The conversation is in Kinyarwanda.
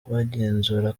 bagenzura